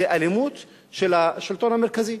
זה האלימות של השלטון המרכזי.